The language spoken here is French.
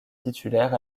titulaire